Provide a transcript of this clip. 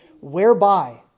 whereby